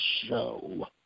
show